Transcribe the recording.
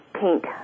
pink